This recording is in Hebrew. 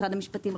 משרד המשפטים,